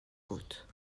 بود